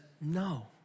no